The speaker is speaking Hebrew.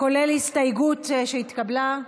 כולל ההסתייגות שהתקבלה?